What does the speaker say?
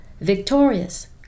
Victorious